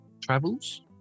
travels